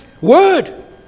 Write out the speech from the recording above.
word